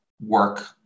work